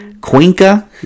Cuenca